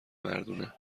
مردونه